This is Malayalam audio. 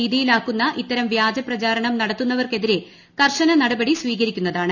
ഭീതിയിലാക്കുന്ന ഇത്തരം വൃാജ് പ്രൂചാരണം നടത്തുന്നവർക്കെതിരെ കർശന നടപടി സ്വീകരിക്കുണ്ടാണ്